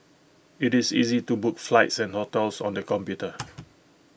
IT is easy to book flights and hotels on the computer